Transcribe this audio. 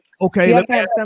okay